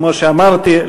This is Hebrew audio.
כמו שאמרתי,